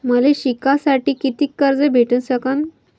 मले शिकासाठी कितीक कर्ज भेटू सकन?